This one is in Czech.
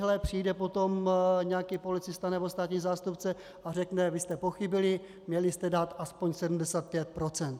Ejhle, přijde potom nějaký policista nebo státní zástupce a řekne: vy jste pochybili, měli jste dát aspoň 75 %.